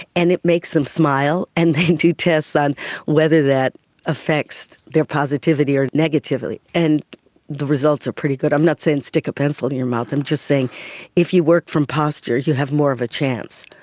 and it makes them smile, and they do tests on whether that affects their positivity or negativity, and the results are pretty good. i'm not saying stick a pencil in your mouth, i'm just saying if you work from posture you'll have more of a chance.